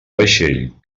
vaixell